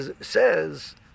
says